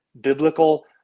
biblical